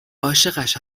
عاشقش